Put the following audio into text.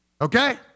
Okay